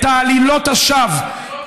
את עלילות השווא,